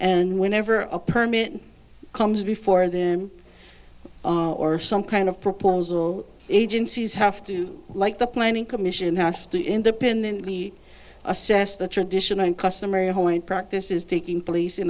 and whenever a permit comes before them or some kind of proposal agencies have to like the planning commission have to independently assess the tradition and customary hoeing practice is taking place in